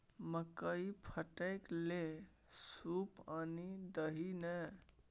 मकई फटकै लए सूप आनि दही ने